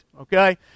okay